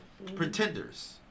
Pretenders